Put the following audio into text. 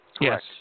Yes